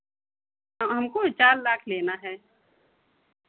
हमको चार लाख लेना है